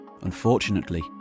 Unfortunately